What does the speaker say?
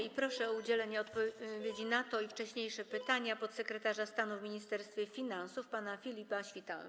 I proszę o udzielenie odpowiedzi na to i wcześniejsze pytania podsekretarza stanu w Ministerstwie Finansów pana Filipa Świtałę.